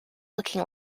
looking